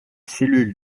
cellules